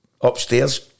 upstairs